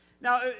Now